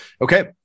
okay